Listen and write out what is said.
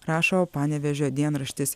rašo panevėžio dienraštis